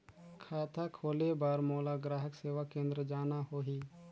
खाता खोले बार मोला ग्राहक सेवा केंद्र जाना होही?